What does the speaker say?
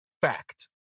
fact